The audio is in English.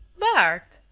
bart!